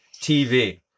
TV